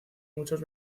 muchos